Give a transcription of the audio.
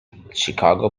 chicago